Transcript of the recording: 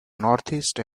northeast